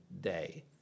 day